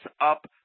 up